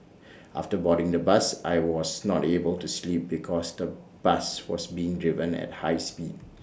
after boarding the bus I was not able to sleep because the bus was being driven at high speed